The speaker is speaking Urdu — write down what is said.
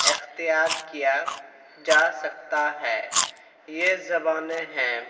اختیار کیا جا سکتا ہے یہ زبانیں ہیں